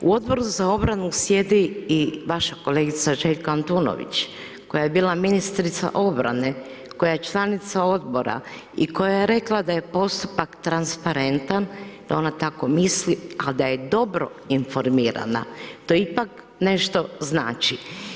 U Odboru za obranu sjedi i vaša kolegica Željka Antunović koja je bila ministrica obrane, koja je članica odbora i koja je rekla da je postupak transparentan jer ona tako misli a da je dobro informirana, to ipak nešto znači.